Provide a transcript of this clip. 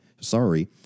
sorry